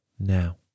now